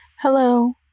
Hello